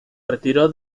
retiró